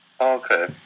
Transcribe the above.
Okay